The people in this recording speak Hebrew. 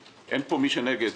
אין פה מי שהוא נגד,